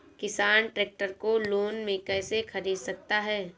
किसान ट्रैक्टर को लोन में कैसे ख़रीद सकता है?